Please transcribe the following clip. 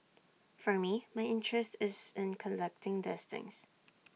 for me my interest is in collecting these things